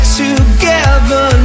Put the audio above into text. together